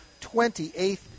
28th